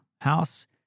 house